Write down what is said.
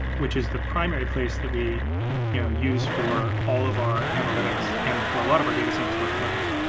which is the primary place that we you know use for all of our analytics and for a lot of our data science workflows.